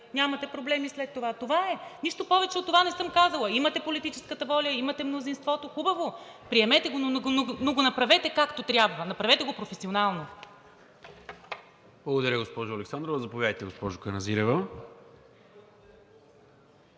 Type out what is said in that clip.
нямате проблеми след това. Това е! Нищо повече от това не съм казала. Имате политическата воля, имате мнозинството – хубаво, приемете го, но го направете както трябва, направете го професионално. ПРЕДСЕДАТЕЛ НИКОЛА МИНЧЕВ: Благодаря, госпожо Александрова. Заповядайте, госпожо Каназирева.